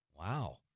Wow